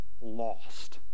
lost